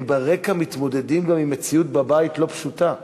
הם מתמודדים גם עם מציאות לא פשוטה בבית: